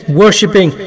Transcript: worshipping